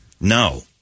No